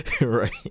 Right